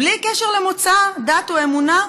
בלי קשר למוצא, דת או אמונה?